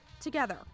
together